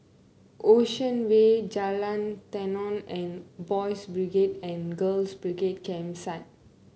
Ocean Way Jalan Tenon and Boys' Brigade and Girls' Brigade Campsite